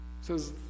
says